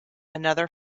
another